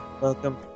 Welcome